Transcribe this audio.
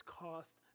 cost